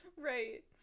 Right